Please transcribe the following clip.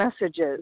messages